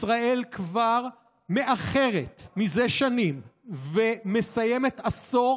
ישראל כבר מאחרת מזה שנים ומסיימת עשור